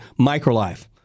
microlife